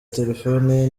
telefoni